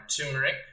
turmeric